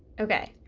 okay,